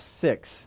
six